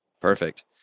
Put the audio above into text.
Perfect